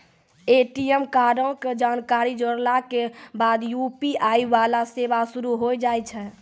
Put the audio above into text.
ATM कार्डो के जानकारी जोड़ला के बाद यू.पी.आई वाला सेवा शुरू होय जाय छै